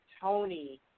Tony